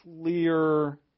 clear